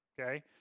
Okay